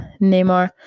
Neymar